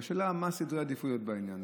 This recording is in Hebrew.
השאלה היא מה סדרי העדיפויות בעניין.